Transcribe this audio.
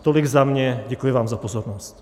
Tolik za mě, děkuji vám za pozornost.